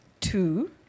two